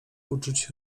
uczuć